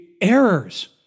errors